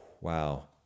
Wow